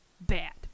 bad